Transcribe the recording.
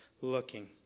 looking